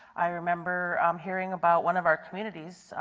i remember um hearing about one of our communities,